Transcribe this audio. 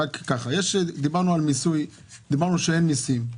דיברנו על מיסוי, שאין מיסים.